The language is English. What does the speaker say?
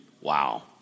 Wow